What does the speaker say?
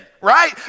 right